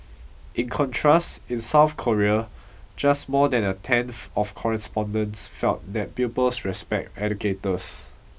in contrast in South Korea just more than a tenth of respondents felt that pupils respect educators